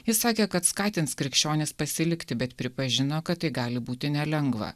jis sakė kad skatins krikščionis pasilikti bet pripažino kad tai gali būti nelengva